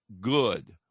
good